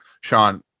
Sean